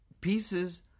pieces